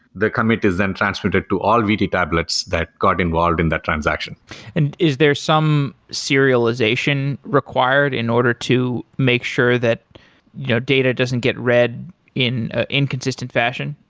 the commit is then transmitted to all vt tablets that got involved in that transaction and is there some serialization required in order to make sure that your data doesn't get read in inconsistent fashion?